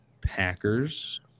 Packers